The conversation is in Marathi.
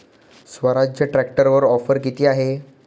स्वराज्य ट्रॅक्टरवर ऑफर किती आहे?